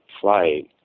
flight